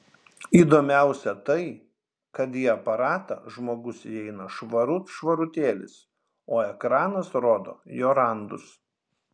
įdomiausia tai kad į aparatą žmogus įeina švarut švarutėlis o ekranas rodo jo randus